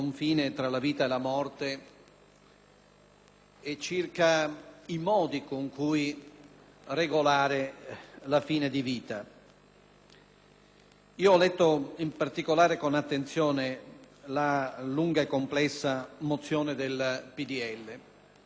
e i modi con cui regolare la fine vita. Ho letto, in particolare, con attenzione la lunga e complessa mozione del